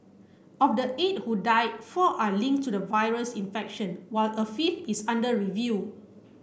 of the eight who died four are linked to the virus infection while a fifth is under review